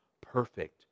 perfect